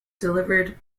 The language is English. delivered